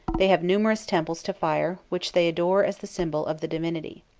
they have numerous temples to fire, which they adore as the symbol of the divinity.